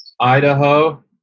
Idaho